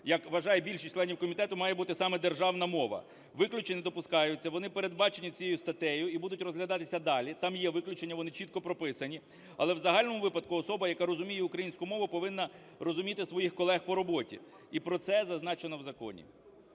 як вважає більшість членів комітету, має бути саме державна мова. Виключення допускаються, вони передбаченні цією статтею і будуть розглядатися далі, там є виключення, вони чітко прописані. Але в загальному випадку особа, яка розуміє українську мову, повинна розуміти своїх колег по роботі, і про це зазначено в законі.